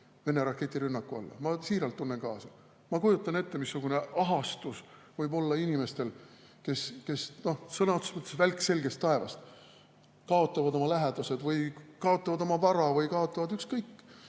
Vene raketirünnaku alla. Ma siiralt tunnen kaasa. Ma kujutan ette, missugune ahastus võib olla inimestel, kes sõna otseses mõttes nagu välk selgest taevast kaotavad oma lähedased või kaotavad oma vara või kaotavad ükskõik